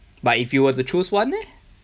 but if you were to choose one leh